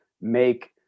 make